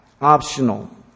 optional